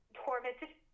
tormented